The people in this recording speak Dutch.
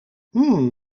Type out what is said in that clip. hmm